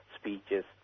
speeches